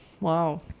wow